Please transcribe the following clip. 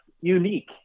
unique